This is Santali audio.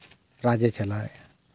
ᱨᱟᱡᱽ ᱮ ᱪᱟᱞᱟᱣᱮᱫᱼᱟ